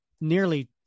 nearly